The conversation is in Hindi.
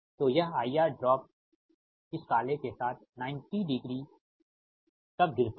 तो यह IR ड्रॉप इस काले के साथ 90 डिग्री तक गिरता है